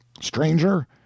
Stranger